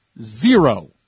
Zero